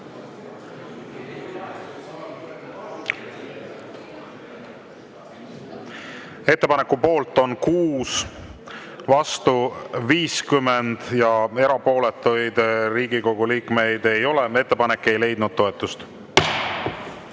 Ettepaneku poolt on 6, vastu 50 ja erapooletuid Riigikogu liikmeid ei ole. Ettepanek ei leidnud toetust.